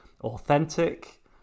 authentic